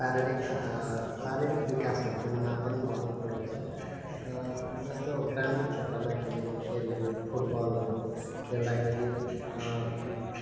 शारीरिक शारीरिक विकासहरू गर्नुमा पनि मद्दत पुऱ्याउँछ जस्तो ग्रामीण क्षेत्रमा खेलिने खेलहरू फुटबलहरू खेल्दाखेरि